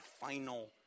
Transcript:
final